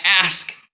ask